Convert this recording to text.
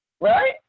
Right